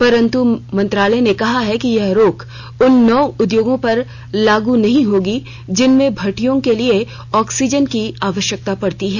परन्तु मंत्रालय ने कहा है कि यह रोक उन नौ उद्योगों पर लाग नहीं होगी जिनमें भट्टियों के लिए ऑक्सीजन की आवश्यकता पडती है